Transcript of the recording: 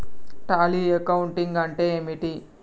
Tally accounting అంటే ఏమిటి?